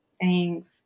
Thanks